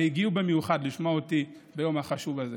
הם הגיעו במיוחד לשמוע אותי ביום החשוב הזה.